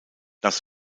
das